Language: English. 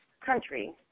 country